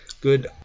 good